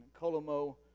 Colomo